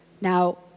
Now